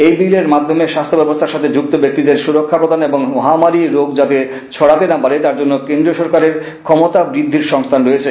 এই বিলের মাধ্যমে স্বাস্থ্য ব্যবস্থার সাথে যুক্ত ব্যক্তিদের সুরক্ষা প্রদান এবং মহামারি রোগ যাতে ছড়াতে না পারে তার জন্য কেন্দ্রীয় সরকারের ক্ষমতা বৃদ্ধির সংস্থান রয়েছে